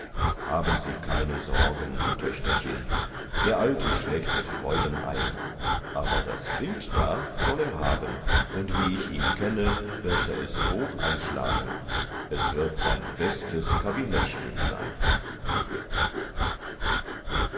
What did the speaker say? haben sie keine sorgen töchterchen der alte schlägt mit freuden ein aber das bild da soll er haben und wie ich ihn kenne wird er es hoch anschlagen es wird sein bestes kabinettsstück sein